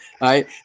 right